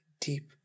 deep